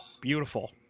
Beautiful